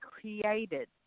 created